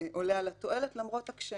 היתה כאן